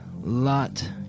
lot